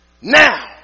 now